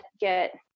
get